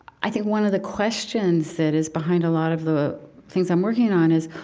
i think one of the questions that is behind a lot of the things i'm working on is,